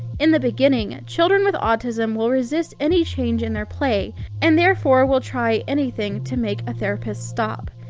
in the beginning, children with autism will resist any change in their play and therefore will try anything to make a therapist stop.